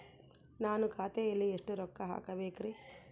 ನಾನು ಖಾತೆಯಲ್ಲಿ ಎಷ್ಟು ರೊಕ್ಕ ಹಾಕಬೇಕ್ರಿ?